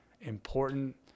important